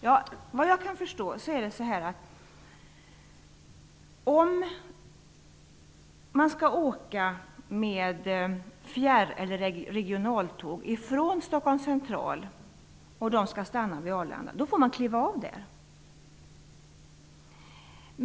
Såvitt jag kan förstå får man kliva av vid Arlanda om man kommer med fjärr eller regionaltåg från Stockholms central.